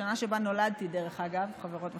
השנה שבה נולדתי, דרך אגב, חברות וחברים,